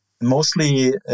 Mostly